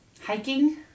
Hiking